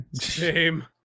Shame